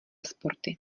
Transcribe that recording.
sporty